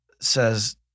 says